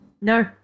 no